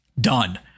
Done